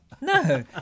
No